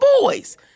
boys